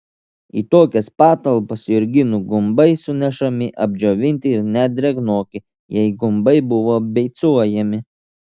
į tokias patalpas jurginų gumbai sunešami apdžiovinti ir net drėgnoki jei gumbai buvo beicuojami